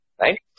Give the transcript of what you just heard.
right